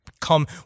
come